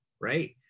right